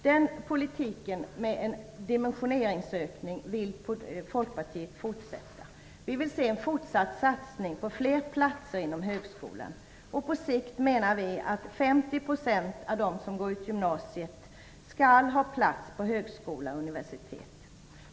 Den politiken, med en dimensionsökning, vill Folkpartiet fortsätta. Vi vill se en fortsatt satsning på fler platser inom högskolan. På sikt menar vi att 50 % av dem som går ut gymnasiet skall ha plats på högskola eller universitet.